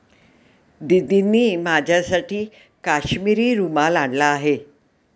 दीदींनी माझ्यासाठी काश्मिरी रुमाल आणला आहे